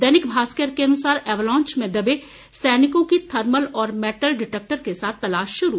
दैनिक भास्कर के अनुसार एवलांच में दबे सैनिकों की थर्मल और मेटल डिटेक्टर से तलाश शुरू